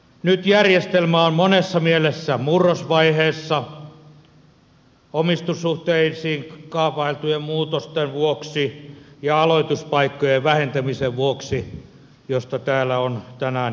nyt järjestelmä on monessa mielessä murrosvaiheessa omistussuhteisiin kaavailtujen muutosten vuoksi ja aloituspaikkojen vähentämisen vuoksi josta täällä on tänään jo ollut puhetta